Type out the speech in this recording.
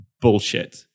bullshit